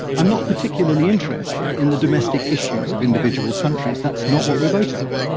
i'm not particularly interested in the domestic issues of individual countries. that's not what we're voting on.